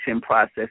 process